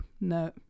no